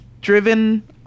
driven